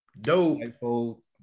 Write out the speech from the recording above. dope